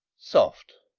soft!